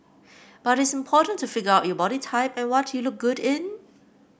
but it's important to figure out your body type and what you look good in